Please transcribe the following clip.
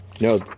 No